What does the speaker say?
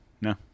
No